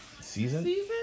season